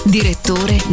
Direttore